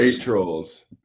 trolls